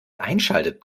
einschaltet